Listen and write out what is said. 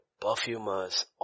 perfumer's